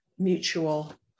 mutual